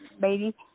baby